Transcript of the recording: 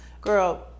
girl